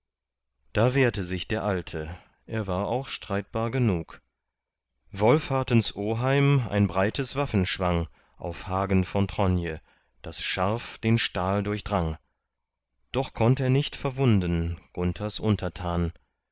da wehrte sich der alte er war auch streitbar genug wolfhartens oheim ein breites waffen schwang auf hagen von tronje das scharf den stahl durchdrang doch konnt er nicht verwunden gunthers untertan